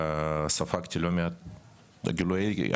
וודקה".